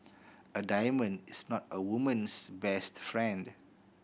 a diamond is not a woman's best friend